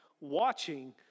watching